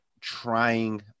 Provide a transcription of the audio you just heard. trying